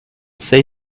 say